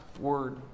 word